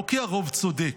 לא כי הרוב צודק,